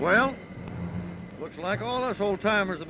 well looks like all of us old timers